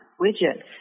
widgets